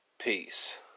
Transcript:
peace